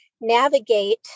navigate